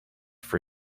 for